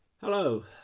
Hello